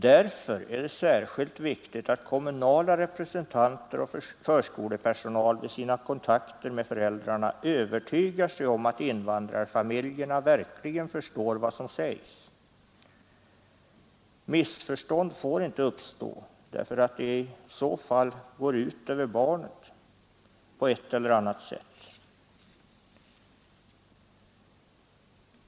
Därför är det särskilt viktigt att kommunala representanter och förskolepersonal vid sina kontakter med föräldrarna övetygar sig om att invandrarfamiljerna verkligen förstår vad som sägs. Missförstånd får inte uppstå, därför att det i så fall går ut över barnen på ett eller annat sätt.